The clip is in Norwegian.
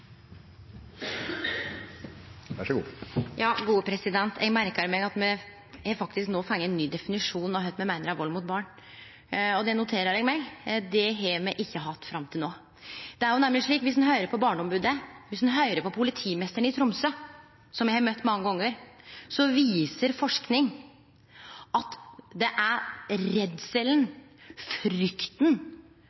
Eg merkar meg at me faktisk har fått ein ny definisjon av kva me meiner er vald mot barn. Det noterer eg meg. Det har me ikkje hatt fram til no. Om ein høyrer på barneombodet, og om ein høyrer på politimeisteren i Tromsø, som me har møtt mange gonger, viser forsking at det er